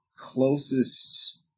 closest